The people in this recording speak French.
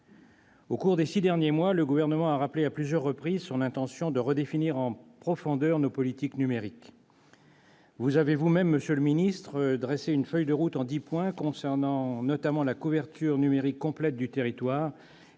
Au cours des six derniers mois, le Gouvernement a rappelé à plusieurs reprises son intention de redéfinir en profondeur nos politiques numériques. Vous avez vous-même, monsieur le secrétaire d'État, dressé une feuille de route en dix points, qui comporte notamment la couverture numérique complète du territoire